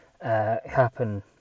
happen